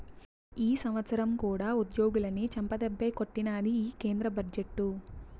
ఈ సంవత్సరం కూడా ఉద్యోగులని చెంపదెబ్బే కొట్టినాది ఈ కేంద్ర బడ్జెట్టు